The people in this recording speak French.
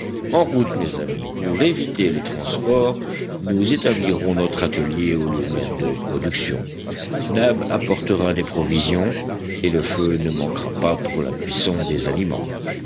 en route mes amis pour éviter les transports nous établirons notre atelier au lieu même de production nab apportera des provisions et le feu ne manquera pas pour la cuisson des aliments